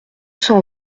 cent